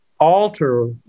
alter